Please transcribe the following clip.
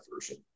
version